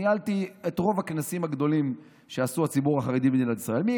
ניהלתי את רוב הכנסים הגדולים שעשו בציבור החרדי במדינת ישראל,